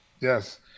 Yes